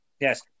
Yes